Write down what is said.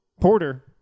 Porter